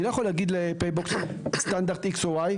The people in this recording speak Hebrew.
אני לא יכול להגיד ל-PayBox סטנדרט X או Y,